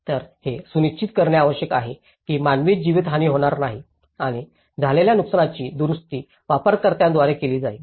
तर हे सुनिश्चित करणे आवश्यक आहे की मानवी जीवितहानी होणार नाही आणि झालेल्या नुकसानीची दुरुस्ती वापरकर्त्याद्वारे केली जाईल